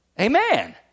Amen